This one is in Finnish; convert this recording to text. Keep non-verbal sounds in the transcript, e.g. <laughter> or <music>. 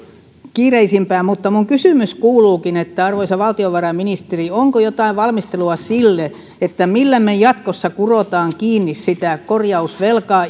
kiireisimpään mutta minun kysymykseni kuuluukin arvoisa valtiovarainministeri onko jotain valmistelua sille millä me jatkossa kuromme kiinni sitä korjausvelkaa <unintelligible>